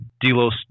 Delos